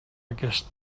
aquest